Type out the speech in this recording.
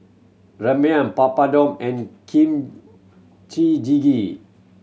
Ramyeon Papadum and Kimchi